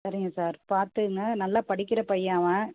சரிங்க சார் பார்த்துக்குங்க நல்லா படிக்கிற பையன் அவன்